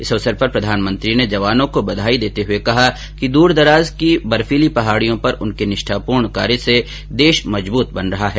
इस अवसर पर प्रधानमंत्री ने जवानों को बधाई देते हुए कहा कि दूरदराज की बर्फीली पहाड़ियों पर उनके निष्ठापूर्ण कार्य से देश मजबूत बन रहा है